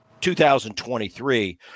2023